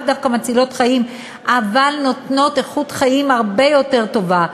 דווקא מצילות חיים אבל נותנות איכות חיים הרבה יותר טובה,